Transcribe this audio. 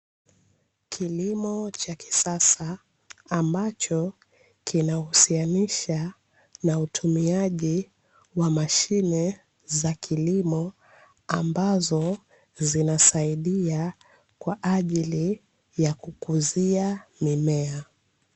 Kilimo cha kisasa ambacho kinahusianisha na utumiaji wa mashine za kilimo, ambazo zinasaidia kwa ajili ya kukuzia mimea.